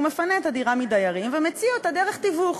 הוא מפנה את הדירה מדיירים ומציע אותה דרך תיווך,